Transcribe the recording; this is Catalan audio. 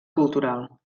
cultural